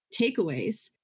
takeaways